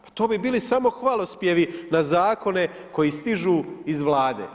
Pa to bi bilo samo hvalospjevi na zakone koji stižu iz Vlade.